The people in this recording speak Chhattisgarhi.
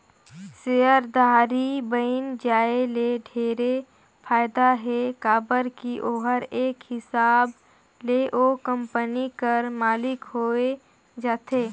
सेयरधारी बइन जाये ले ढेरे फायदा हे काबर की ओहर एक हिसाब ले ओ कंपनी कर मालिक होए जाथे